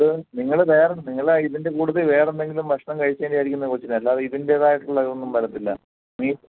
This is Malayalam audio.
അപ്പോൾ നിങ്ങൾ വേറെ നിങ്ങൾ ഇതിൻറ്റെ കൂട്ടത്തിൽ വേറെന്തെങ്കിലും ഭക്ഷണം കഴിച്ചതിൻറ്റെ ആയിരിക്കും കൊച്ചിന് അല്ലാതെ ഇതിൻറ്റേതായിട്ടുള്ള ഇതൊന്നും വരത്തില്ല ബീഫ്